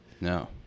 No